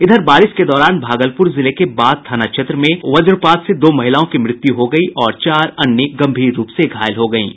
इधर बारिश के दौरान भागलपुर जिले के बाथ थाना क्षेत्र में वजपात से दो महिलाओं की मृत्यु हो गई और चार अन्य गंभीर रूप से घायल हो गईं